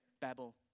Babel